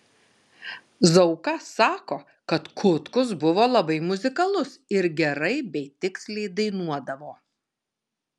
zauka sako kad kutkus buvo labai muzikalus ir gerai bei tiksliai dainuodavo